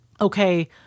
okay